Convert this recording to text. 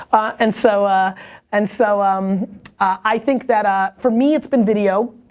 and so ah and so um i think that, ah for me, it's been video.